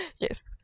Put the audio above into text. Yes